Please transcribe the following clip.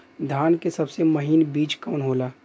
धान के सबसे महीन बिज कवन होला?